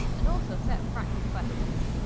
and also set of practice questions.